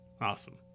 Awesome